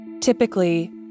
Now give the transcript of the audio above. Typically